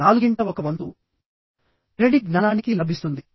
నాలుగింట ఒక వంతు క్రెడిట్ జ్ఞానానికి లభిస్తుంది